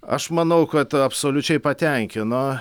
aš manau kad absoliučiai patenkino